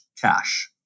cash